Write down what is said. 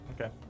okay